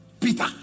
Peter